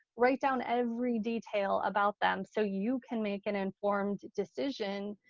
write down every detail about them so you can make an informed decision,